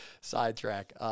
sidetrack